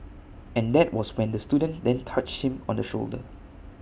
and that was when the student then touched him on the shoulder